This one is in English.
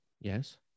Yes